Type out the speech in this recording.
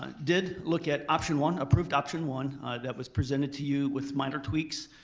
ah did look at option one. approved option one that was presented to you with minor tweaks,